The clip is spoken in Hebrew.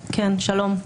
שלום.